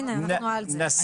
הינה אנחנו על זה.